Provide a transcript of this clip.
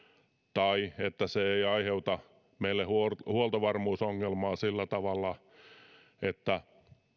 tai että se ei aiheuta meille huoltovarmuusongelmaa sillä tavalla että